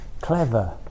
clever